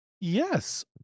Yes